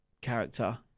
character